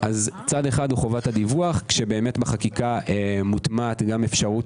אז צד אחד הוא חובת הדיווח כשבחקיקה מוטמעת גם אפשרות